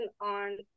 on